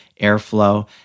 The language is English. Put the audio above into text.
airflow